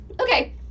Okay